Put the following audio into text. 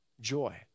joy